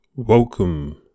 welcome